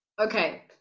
Okay